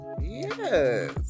Yes